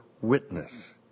witness